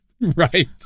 Right